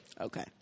okay